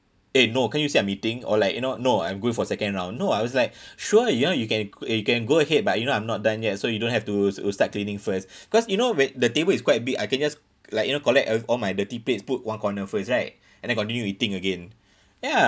eh no can't you see I'm eating or like you know no I'm going for second round no I was like sure ya you can you can go ahead but you know I'm not done yet so you don't have to to start cleaning first cause you know where the table is quite big I can just like you know collect all all my dirty plates put one corner first right and then continue eating again ya